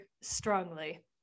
strongly